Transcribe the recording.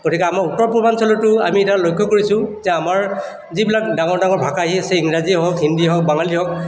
গতিকে আমাৰ উত্তৰ পূৰ্বাঞ্চলতো আমি এতিয়া লক্ষ্য কৰিছোঁ যে আমাৰ যিবিলাক ডাঙৰ ডাঙৰ ভাষা আহি আছে ইংৰাজী হওক হিন্দী হওক বাঙালী হওক